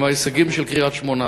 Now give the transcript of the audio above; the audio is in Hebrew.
עם ההישגים של קריית-שמונה.